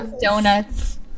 donuts